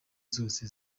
zose